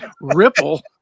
ripple